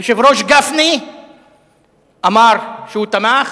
היושב-ראש גפני אמר שהוא תמך,